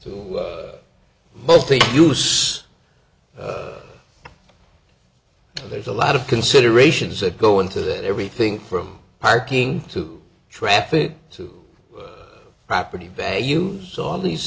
to mostly use there's a lot of considerations that go into that everything from parking to traffic to property values all these